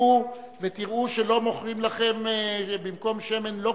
תבדקו ותראו שלא מוכרים לכם במקום שמן לוקשים,